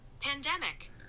pandemic